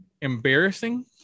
embarrassing